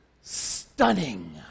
stunning